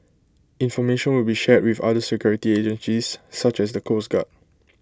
information will be shared with other security agencies such as the coast guard